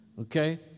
okay